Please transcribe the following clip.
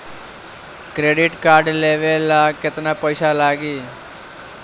Credit card लेवे ला केतना पइसा लागी?